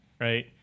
right